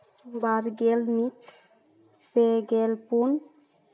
ᱵᱟᱨ ᱜᱮᱞ ᱢᱤᱫ ᱯᱮ ᱜᱮᱞ ᱯᱩᱱ